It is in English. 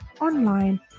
online